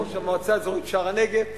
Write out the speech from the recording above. ראש המועצה האזורית שער-הנגב,